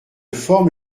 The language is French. forme